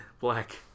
Black